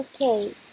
Okay